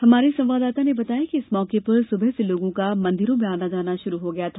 हमारे संवाददाता ने बताया कि इस मौके पर सुबह से लोगों का मंदिरों में आना शुरू हो गया था